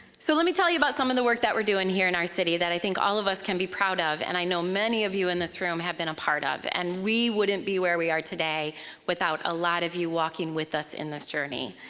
so let me tell you about some of the work that we're doing here in our city that i think all of us can be proud of, and i know many of you in this room have been a part of. and we wouldn't be where we are today without a lot of you walking with us in this journey.